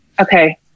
Okay